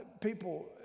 People